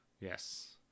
Yes